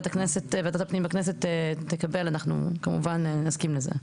ועדת הפנים בכנסת תקבל אנחנו כמובן נסכים לזה.